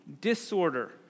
disorder